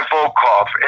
Volkov